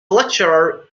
lecturer